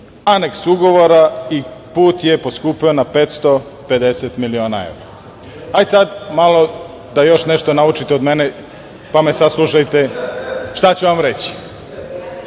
aneks ugovora i put je poskupeo na 550 miliona evra. Ajde sada malo da još nešto naučite od mene, pa me saslušajte šta ću vam reći. Grejs